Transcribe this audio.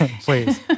Please